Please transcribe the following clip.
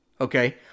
okay